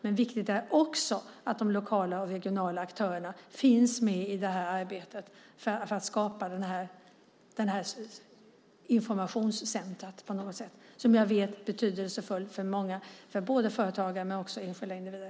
Det är också viktigt att de lokala och regionala aktörerna finns med i arbetet med att skapa detta informationscentrum. Det är betydelsefullt för många, både för företagare och enskilda individer.